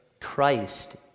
Christ